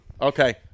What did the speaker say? okay